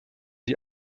die